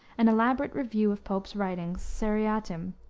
an elaborate review of pope's writings seriatim,